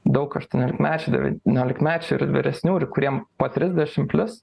daug aštuoniolikmečių devyniolikmečių ir vyresnių ir kuriem po trisdešim plius